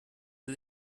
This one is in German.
sie